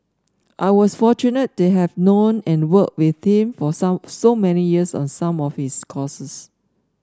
I was fortunate to have known and worked with him for some so many years on some of his causes